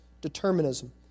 determinism